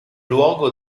luogo